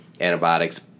antibiotics